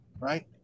right